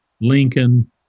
Lincoln